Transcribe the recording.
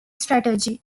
strategy